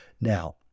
now